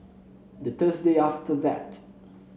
the Thursday after that